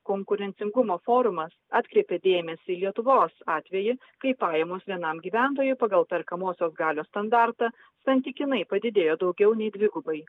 konkurencingumo forumas atkreipia dėmesį į lietuvos atvejį kai pajamos vienam gyventojui pagal perkamosios galios standartą santykinai padidėjo daugiau nei dvigubai